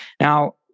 Now